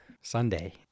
Sunday